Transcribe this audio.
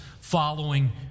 following